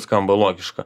skamba logiška